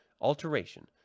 Alteration